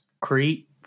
crete